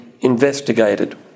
investigated